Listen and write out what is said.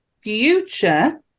future